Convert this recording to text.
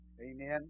Amen